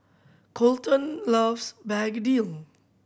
Kolton loves begedil